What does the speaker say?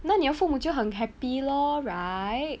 那你的父母就很 happy lor right